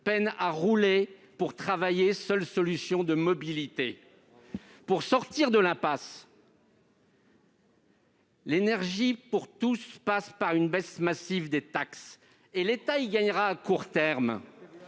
peine à rouler pour travailler, alors que c'est sa seule solution de mobilité. Pour sortir de l'impasse, « l'énergie pour tous » passe par une baisse massive des taxes L'État y gagnera à court terme,